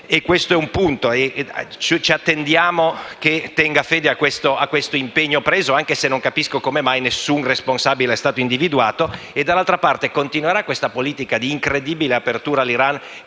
islamico. Sul punto ci attendiamo che tenga fede all'impegno preso, anche se non capisco come mai nessun responsabile sia stato individuato. Dall'altra parte continuerà questa politica di incredibile apertura all'Iran,